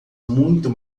muito